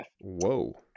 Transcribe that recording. Whoa